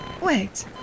Wait